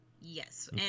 Yes